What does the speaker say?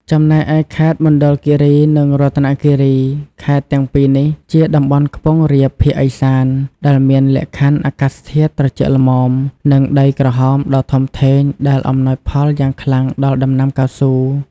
ចំណែកឯខេត្តមណ្ឌលគិរី និងរតនគិរី ខេត្តទាំងពីរនេះជាតំបន់ខ្ពង់រាបភាគឦសាន ដែលមានលក្ខខណ្ឌអាកាសធាតុត្រជាក់ល្មម និងដីក្រហមដ៏ធំធេង ដែលអំណោយផលយ៉ាងខ្លាំងដល់ដំណាំកៅស៊ូ។